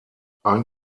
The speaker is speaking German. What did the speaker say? ein